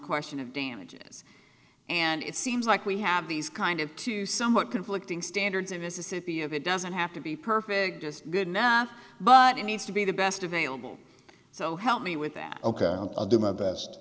question of damages and it seems like we have these kind of two somewhat conflicting standards of mississippi of it doesn't have to be perfect just good enough but it needs to be the best available so help me with that ok i'll do my best